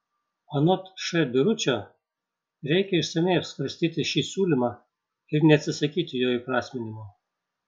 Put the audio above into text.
anot š biručio reikia išsamiai apsvarstyti šį siūlymą ir neatsisakyti jo įprasminimo